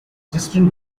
justin